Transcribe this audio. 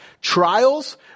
trials